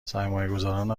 سرمایهگذاران